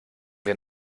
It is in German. wir